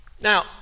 now